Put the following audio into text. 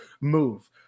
move